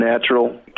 natural